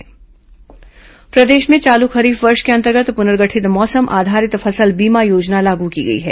उद्यानिकी फसल बीमा प्रदेश में चालू खरीफ वर्ष के अंतर्गत पुनर्गठित मौसम आधारित फसल बीमा योजना लागू की गई है